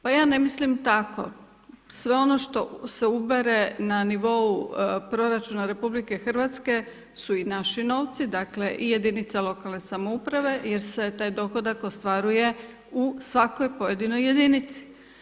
Pa ja ne mislim tako, sve ono što se ubere na nivou proračuna RH su i naši novci, dakle i jedinica lokalne samouprave jer se taj dohodak ostvaruje u svakoj pojedinoj jedinici.